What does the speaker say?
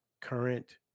current